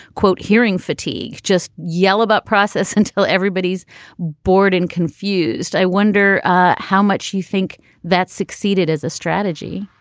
quote, hearing fatigue. just yell about process until everybody's bored and confused. i wonder how much you think that succeeded as a strategy